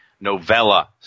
novella